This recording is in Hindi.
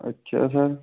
अच्छा सर